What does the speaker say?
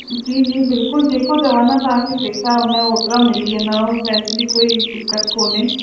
जी जी बिल्कुलु जेको चवंदा तव्हांखे पैसा हुनजा ओतिरा मिली वेंदा वैसे बि कोई दिक़त कोने